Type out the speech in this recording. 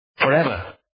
forever